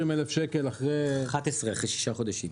11 אחרי שישה חודשים.